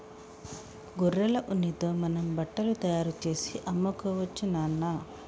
గొర్రెల ఉన్నితో మనం బట్టలు తయారుచేసి అమ్ముకోవచ్చు నాన్న